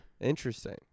Interesting